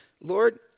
Lord